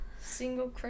single